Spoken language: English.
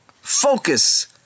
focus